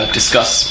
discuss